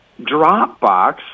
Dropbox